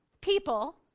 people